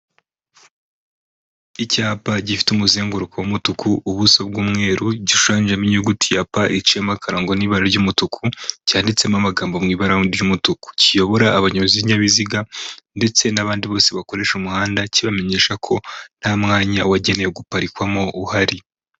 Icyapa gifite umuzenguruko w'umutuku, ubuso bw'umweru, gishushanyijemo inyuguti ya P iciyemo akarongo n'ibara ry'umutuku, cyanditsemo amagambo mu ibara ry'umutuku, kiyobora abayobozi b'ibinyabiziga ndetse n'abandi bose bakoresha umuhanda, kibamenyesha ko nta mwanya wagenewe guparikwamo uhari.